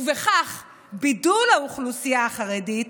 ובכך בידול האוכלוסייה החרדית